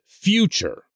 future